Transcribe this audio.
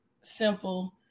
simple